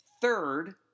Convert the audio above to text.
third